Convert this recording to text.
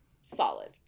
Solid